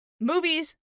movies